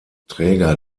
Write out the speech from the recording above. träger